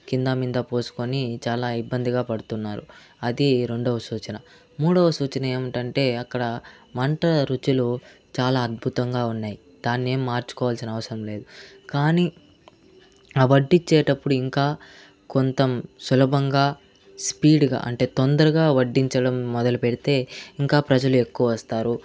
కింద మీద పోసుకొని చాలా ఇబ్బందిగా పడుతున్నారు అది రెండవ సూచన మూడో సూచన ఏమిటంటే అక్కడ వంట రుచులు చాలా అద్భుతంగా ఉన్నాయి దాన్నేం మార్చుకోవాల్సిన అవసరం లేదు కానీ ఆ వడ్డిచ్చేటప్పుడు ఇంకా కొంత సులభంగా స్పీడ్గా అంటే తొందరగా వడ్డించడం మొదలుపెడితే ఇంకా ప్రజలు ఎక్కువ వస్తారు